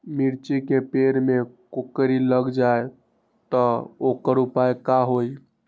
मिर्ची के पेड़ में कोकरी लग जाये त वोकर उपाय का होई?